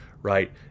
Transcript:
Right